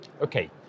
Okay